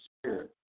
spirit